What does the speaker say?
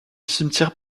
cimetière